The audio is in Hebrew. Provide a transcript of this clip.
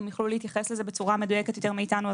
הם יוכלו להתייחס לזה בצורה מדויקת יותר מאתנו.